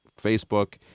Facebook